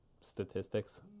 statistics